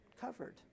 covered